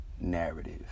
Narrative